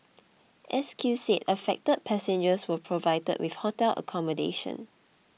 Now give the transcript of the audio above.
S Q said affected passengers were provided with hotel accommodation